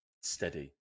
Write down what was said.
steady